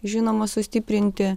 žinoma sustiprinti